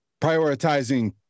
prioritizing